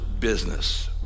business